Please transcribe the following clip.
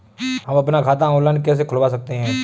हम अपना खाता ऑनलाइन कैसे खुलवा सकते हैं?